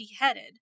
beheaded